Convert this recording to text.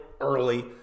early